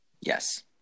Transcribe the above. Yes